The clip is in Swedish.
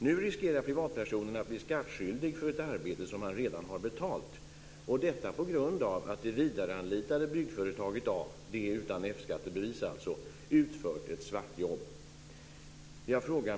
Nu riskerar privatpersonen att bli skattskyldig för ett arbete som han redan har betalt; detta på grund av att det vidareanlitade byggföretaget A, alltså det utan F-skattebevis, utfört ett svart jobb.